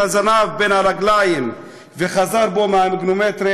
הזנב בין הרגליים וחזר בו מהמגנומטרים,